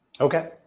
Okay